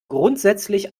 grundsätzlich